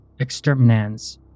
exterminans